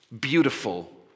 Beautiful